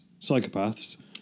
psychopaths